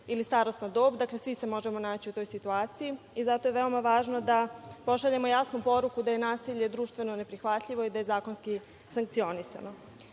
ili starosna dob. Dakle, svi se možemo naći u toj situaciji i zato je veoma važno da pošaljemo jasnu poruku da je nasilje društveno neprihvatljivo i da je zakonski sankcionisano. Cilj